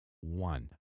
One